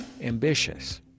ambitious